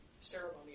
ceremony